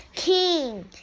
King